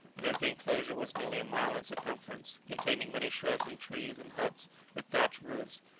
and as the enclosure was nearly a mile in circumference, containing many shrubs and trees and huts with thatched roofs,